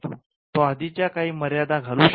तो आधीच्या काही मर्यादा घालू शकतो